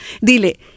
dile